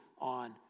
on